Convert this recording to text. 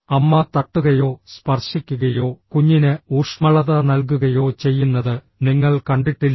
അമ്മ തട്ടുകയോ സ്പർശിക്കുകയോ കുഞ്ഞിന് ഊഷ്മളത നൽകുകയോ ചെയ്യുന്നത് നിങ്ങൾ കണ്ടിട്ടില്ലേ